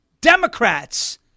Democrats